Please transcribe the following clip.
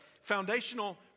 foundational